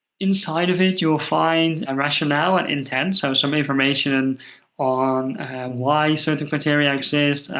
inside of it, you will find a rationale and intent. so some information on why certain criteria exists,